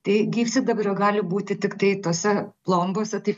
tai gyvsidabrio gali būti tiktai tose plombose taip